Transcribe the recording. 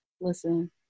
listen